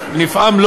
נפעם?